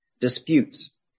disputes